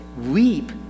weep